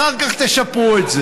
אחר כך תשפרו את זה.